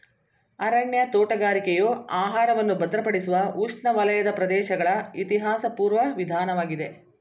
ಅರಣ್ಯ ತೋಟಗಾರಿಕೆಯು ಆಹಾರವನ್ನು ಭದ್ರಪಡಿಸುವ ಉಷ್ಣವಲಯದ ಪ್ರದೇಶಗಳ ಇತಿಹಾಸಪೂರ್ವ ವಿಧಾನವಾಗಿದೆ